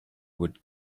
would